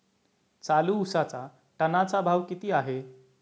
चालू उसाचा टनाचा भाव किती आहे?